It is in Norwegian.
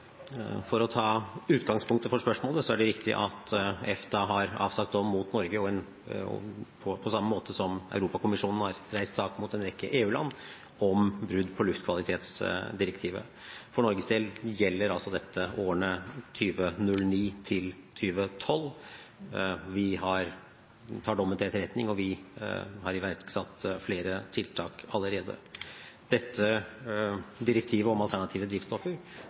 For å ta utgangspunktet for spørsmålet: Det er riktig at EFTA har avsagt dom mot Norge på samme måte som Europakommisjonen har reist sak mot en rekke EU-land om brudd på luftkvalitetsdirektivet. For Norges del gjelder dette årene 2009 til 2012. Vi tar dommen til etterretning, og vi har iverksatt flere tiltak allerede. Dette direktivet om alternative drivstoffer